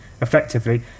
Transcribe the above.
effectively